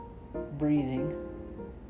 breathing